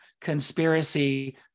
conspiracy